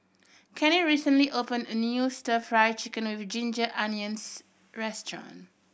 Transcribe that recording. Cannie recently opened a new Stir Fry Chicken with ginger onions restaurant